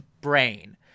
brain